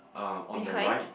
uh on the right